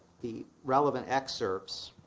the relevant excerpts